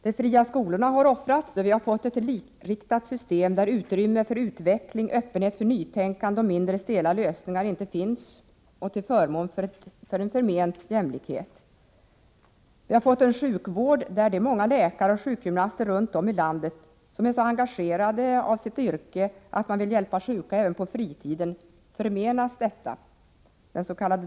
De fria skolorna har offrats, och vi har fått ett likriktat system, där utrymme för utveckling och öppenhet för nytänkande och mindre stela lösningar inte finns, till förmån för en förment jämlikhet. Vi har fått en sjukvård där de många läkare och sjukgymnaster runt om i landet som är så engagerade i sitt yrke att de vill hjälpa sjuka även på fritiden förmenas detta genom dens.k.